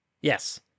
Yes